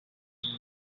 kujya